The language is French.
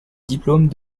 diplôme